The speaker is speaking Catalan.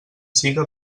siga